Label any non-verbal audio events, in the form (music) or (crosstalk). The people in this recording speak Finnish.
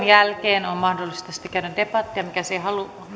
(unintelligible) jälkeen on mahdollista sitten käydä debattia mikäli siihen